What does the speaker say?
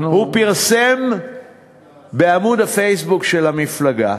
אנחנו, הוא פרסם בעמוד הפייסבוק של המפלגה